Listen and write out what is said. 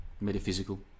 metaphysical